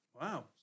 Wow